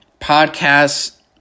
podcasts